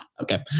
Okay